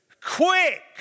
Quick